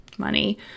money